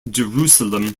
jerusalem